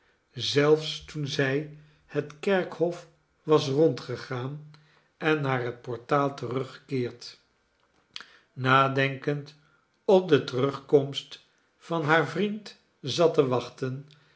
zelfs toen zij het kerkhof was rondgegaan en naar het portaal teruggekeerd nadenkend op de terugkomst van haar vriend zat te wachten